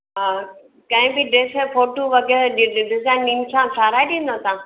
हा कंहिं बी ड्रेस में फोटू वग़ैरह डिज़ाइनिंग सां ठाहिराए ॾींदा तव्हां